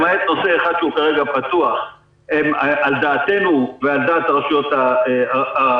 למעט נושא אחד שהוא כרגע פתוח הם על דעתנו ועל דעת הרשויות הערביות,